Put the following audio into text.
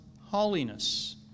holiness